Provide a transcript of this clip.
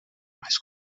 mas